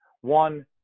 One